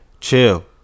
chill